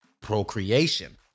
Procreation